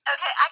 Okay